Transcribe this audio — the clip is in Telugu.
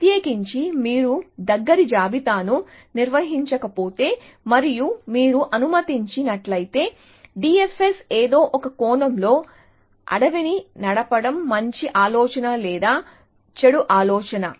ప్రత్యేకించి మీరు దగ్గరి జాబితాను నిర్వహించకపోతే మరియు మీరు అనుమతించి నట్లయితే DFS ఏదో ఒక కోణంలో అడవిని నడపడం మంచి ఆలోచన లేదా చెడు ఆలోచన